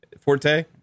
forte